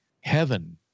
Heaven